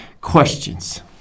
questions